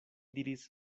diris